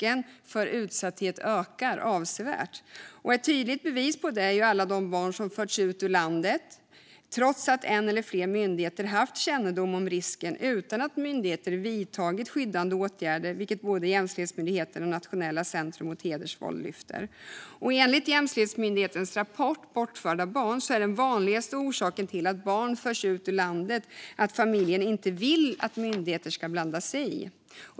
Ett tydligt bevis på detta är alla de barn som har förts ut ur landet trots att en eller flera myndigheter har haft kännedom om risken utan att myndigheter vidtagit skyddande åtgärder, vilket både Jämställdhetsmyndigheten och Nationellt centrum mot hedersrelaterat våld och förtryck lyfter fram. Enligt Jämställdhetsmyndighetens rapport Bortförda barn och unga är den vanligaste orsaken till att barn förs ut ur landet att familjen inte vill att myndigheter ska blanda sig i.